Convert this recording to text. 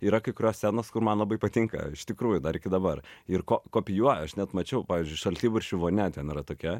yra kai kurios scenos kur man labai patinka iš tikrųjų dar iki dabar ir ko kopijuoja aš net mačiau pavyzdžiui šaltibarščių vonia ten yra tokia